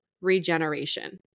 regeneration